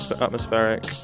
atmospheric